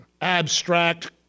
abstract